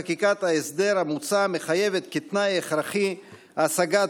חקיקת ההסדר המוצע מחייבת כתנאי הכרחי השגת